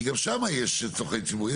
כי גם שם יש צורכי ציבור.